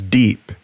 deep